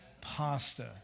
pasta